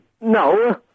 No